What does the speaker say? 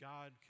God